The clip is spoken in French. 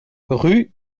rue